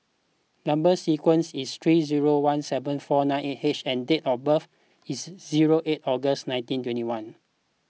Number Sequence is T three zero one seven four nine eight H and date of birth is zero eight August nineteen twenty one